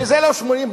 שזה לא 80%,